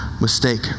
mistake